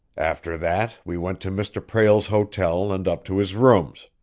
after that we went to mr. prale's hotel and up to his rooms.